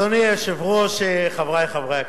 אדוני היושב-ראש, חברי חברי הכנסת,